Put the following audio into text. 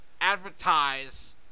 advertise